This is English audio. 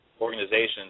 organizations